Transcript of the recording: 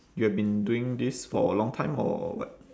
you have been doing this for a long time or what